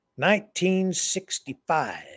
1965